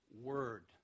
word